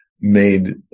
made